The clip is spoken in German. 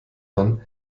man